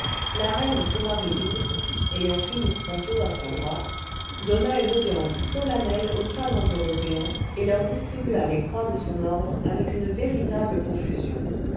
la reine pomaré xii ayant philippe ponto à sa droite donna une audience solennelle aux savants européens et leur distribua les croix de son ordre avec une véritable profusion